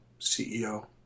ceo